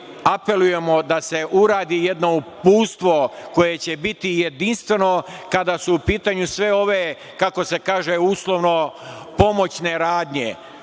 apelujemo da se uradi jedno uputstvo koje će biti jedinstveno kada su u pitanju sve ove uslovno pomoćne radnje.